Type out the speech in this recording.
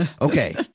Okay